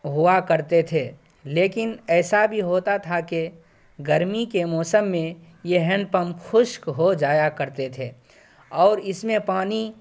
ہوا کرتے تھے لیکن ایسا بھی ہوتا تھا کہ گرمی کے موسم میں یہ ہینڈ پمپ خشک ہو جایا کرتے تھے اور اس میں پانی